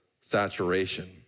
saturation